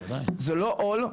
זה לא עול,